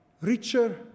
richer